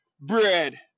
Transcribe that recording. bread